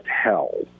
hell